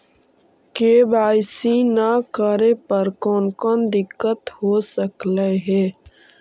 KYC न करे पर कौन कौन दिक्कत हो सकले हे?